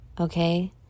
Okay